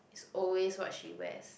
is always what she wears